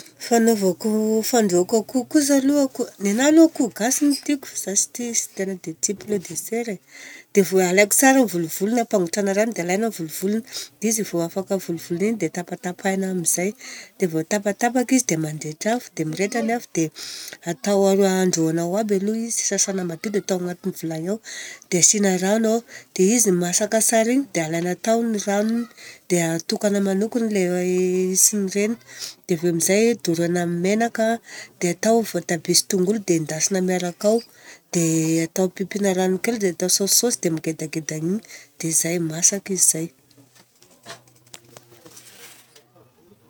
Fanaovako fandrahoako akoho koza aloko, nenaha aloha akoho gasy no tiko, zaho tsy tia, tsy tena dia tia poulet de chaire e. Dia vô alaiko tsara ny volovolony apangotraina rano dia alaina ny volovolony. Dia izy vô afaka volovolon'igny dia tapatapahina amizay. Dia voatapatapaka izy dia mandrehitra afo. Dia mirehitra ny afo dia atao androhoana ao aby aloha izy. Sasana madio dia atao agnatin'ny vilagny ao dia asiana rano ao dia izy masaka tsara igny dia alaina tao ny ranony dia atokana manoka ilay isiny ireny dia avy eo amizay dorana amin'ny menaka dia atao voatabia sy tongolo dia endasina miaraka ao. Dia atao ampipiana rano kely dia atao saosisaosy dia migedagedagna igny dia izay masaka izy zay.